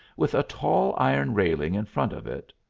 with a tall iron railing in front of it,